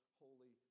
holy